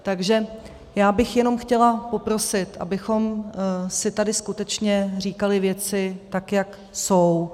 Takže já bych jenom chtěla poprosit, abychom si tady skutečně říkali věci, tak jak jsou.